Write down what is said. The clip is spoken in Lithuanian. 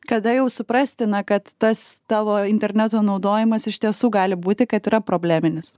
kada jau suprasti na kad tas tavo interneto naudojimas iš tiesų gali būti kad yra probleminis